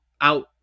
out